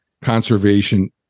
conservation